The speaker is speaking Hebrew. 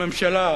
הממשלה,